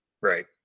Right